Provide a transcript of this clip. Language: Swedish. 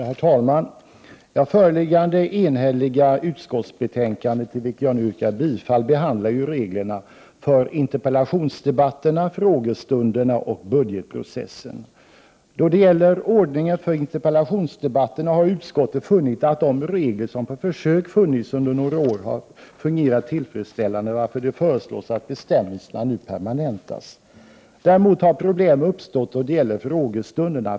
Herr talman! I förevarande enhälliga utskottsbetänkande, där jag nu yrkar bifall till utskottets hemställan, behandlas reglerna för interpellationsdebatterna, frågestunderna och budgetprocessen. Då det gäller ordningen för interpellationsdebatterna har utskottet funnit att de regler som på försök har tillämpats under några år har fungerat tillfredsställande, varför det föreslås att bestämmelserna nu permanentas. Däremot har problem uppstått beträffande frågestunderna.